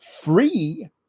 free